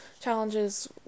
challenges